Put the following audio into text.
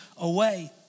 away